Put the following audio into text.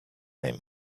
name